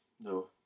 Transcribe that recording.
no